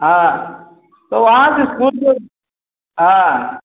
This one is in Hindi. हाँ तो आज इस्कूल जो हाँ